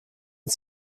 ihn